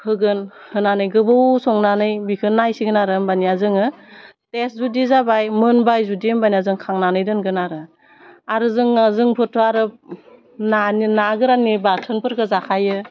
होगोन होनानै गोबाव संनानै बिखो नायसिगोन आरो होमबानिया जोङो बे जुदि जाबाय मोनबाय जुदि होमबाना जों खांनानै दोनगोन आरो आरो जोङो जोंफोरथ' आरो नानि ना गोराननि बाथोनफोरखौ जाखायो